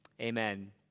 Amen